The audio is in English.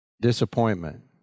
Disappointment